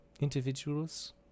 individuals